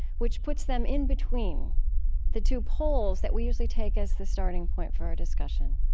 which puts them in between the two poles that we usually take as the starting point for our discussion.